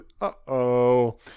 Uh-oh